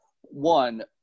one